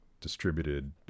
distributed